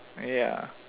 ya